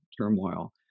turmoil